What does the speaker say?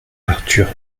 arthur